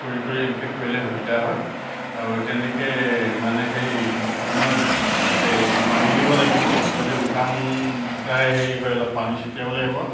কৰি কৰি এনেকৈ কৰিলে সুবিধা হয় আৰু তেনেকৈ মানে সেই সময়ত এই পানী দিব লাগিব যদি শুকান ড্ৰাই হেৰি হয় অলপ পানী ছটিয়াব লাগিব